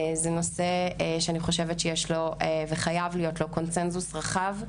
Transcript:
זה נושא שאני חושבת שיש לו וחייב להיות לו קונצנזוס רחב,